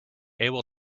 able